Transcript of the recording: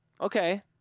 Okay